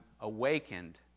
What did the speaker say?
awakened